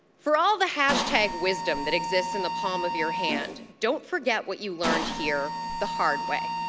for all the hashtag wisdom that exists in the palm of your hand, don't forget what you learned here the hard way.